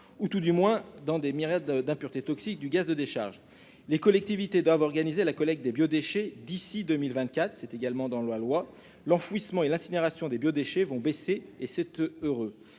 ou, tout du moins, sans les myriades d'impuretés toxiques du gaz de décharge. Les collectivités doivent organiser la collecte des biodéchets d'ici à 2024. L'enfouissement et l'incinération des biodéchets vont baisser, et c'est heureux.